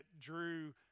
Drew